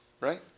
right